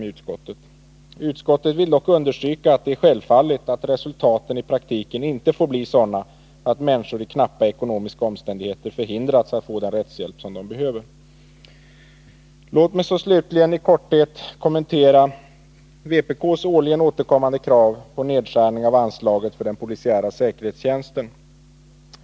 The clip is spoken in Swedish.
Vidare säger man: ”Utskottet vill dock understryka att det är självfallet att resultaten i praktiken inte får bli sådana att människor i knappa ekonomiska omständigheter förhindras att få den rättshjälp de behöver.” Låt mig så slutligen i korthet kommentera vpk:s årligen återkommande krav på nedskärning av anslaget för den polisiära säkerhetstjänsten.